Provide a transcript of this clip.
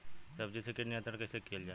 सब्जियों से कीट नियंत्रण कइसे कियल जा?